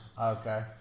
Okay